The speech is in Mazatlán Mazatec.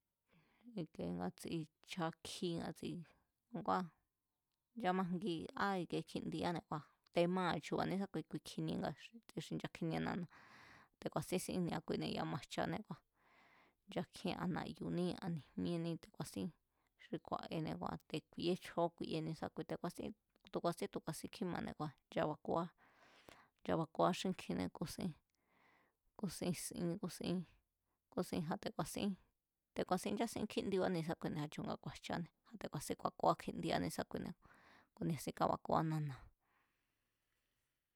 I̱ke ngátsi cha̱kji ngátsi ngua̱ nchamajgi'á kjindiáne̱ kua te̱maa̱ chu̱ba̱ ne̱ésákui kjinie ngatsi xi nchakjinie nana̱a̱, te̱ ku̱a̱sín sín ne̱a kuine̱ ya̱a amajchané kua̱ nchakjíén a na̱yu̱ní a níjmíení kua̱sín xi ku̱a̱nníne̱ kua̱ te̱ ku̱i̱e̱é chjo̱ó ku̱i̱e̱é ne̱sakui te̱ ku̱a̱sín, tu̱ ku̱a̱sín tu̱ ku̱a̱sin kjímane̱ kua̱ nchabakuá, nchabakuá xínkjiné kúsín, kúsín si̱ín kúsín, kúsín a̱ te̱ ku̱a̱sín, te̱ ku̱a̱sín nchásin kjíndibá ne̱sákuine̱ a̱chu̱nga ku̱a̱jcha te̱ ku̱a̱sín ku̱a̱kuá kjindiá ne̱sákuine̱ ku̱nia sín kabakuá nana̱a̱.